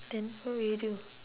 then what will you do